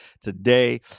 today